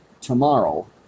tomorrow